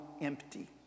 empty